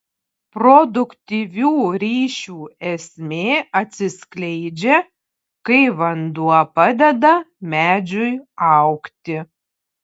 produktyvių ryšių esmė atsiskleidžia kai vanduo padeda medžiui augti